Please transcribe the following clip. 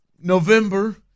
November